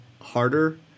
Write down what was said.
harder